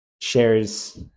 shares